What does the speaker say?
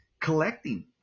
collecting